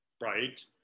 right